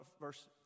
verse